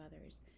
others